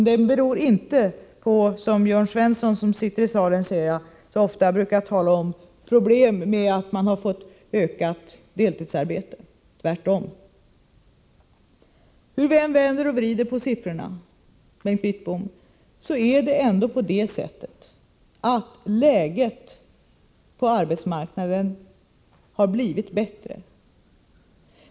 Den beror inte på, som Jörn Svensson så ofta brukar tala om, problem med ökat deltidsarbete — tvärtom. Hur vi än vänder och vrider på siffrorna, Bengt Wittbom, har läget på arbetsmarknaden blivit bättre.